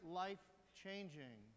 life-changing